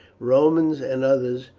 romans and others,